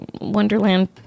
Wonderland